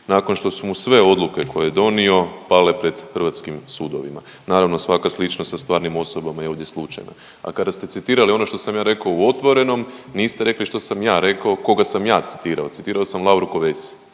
nakon što su mu sve odluke koje je donio pale pred hrvatskim sudovima. Naravno svaka sličnost sa stvarnim osobama je ovdje slučajna, a kada ste citirali ono što sam ja rekao u Otvorenom niste rekli što sam ja rekao koga sam ja citirao. Citirao sam Lauru Kövesi,